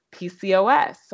PCOS